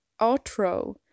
outro